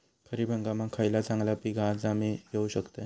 खरीप हंगामाक खयला चांगला पीक हा जा मी घेऊ शकतय?